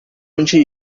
onde